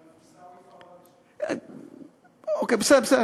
עיסאווי פריג' בסדר.